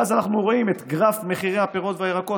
ואז אנחנו רואים את גרף מחירי הפירות והירקות